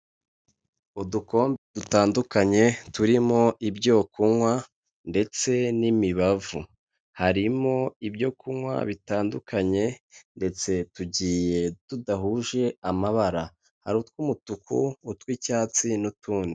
Udukombe dutandukanye turimo ibyo kunywa ndetse n'imibavu, harimo ibyo kunywa bitandukanye ndetse tugiye tudahuje amabara hari uw'umutuku, utw'icyatsi, n'utundi.